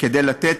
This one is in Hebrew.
כדי לתת